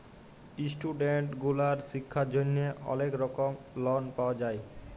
student গুলার শিক্ষার জন্হে অলেক রকম লন পাওয়া যায়